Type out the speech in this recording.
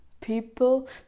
people